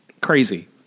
Crazy